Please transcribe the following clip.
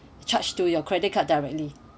charge to your credit card directly